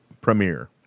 premiere